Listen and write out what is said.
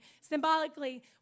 symbolically